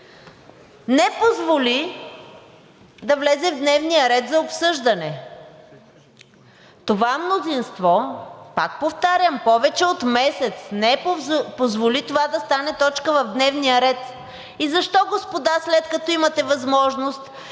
не позволи да влезе в дневния ред за обсъждане. Това мнозинство, пак повтарям, повече от месец не позволи това да стане точка в дневния ред. И защо, господа, след като имате възможност